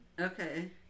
Okay